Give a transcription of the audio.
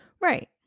right